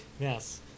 Yes